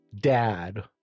dad